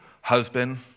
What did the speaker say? husband